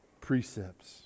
precepts